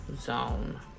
zone